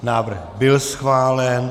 Návrh byl schválen.